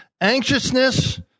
anxiousness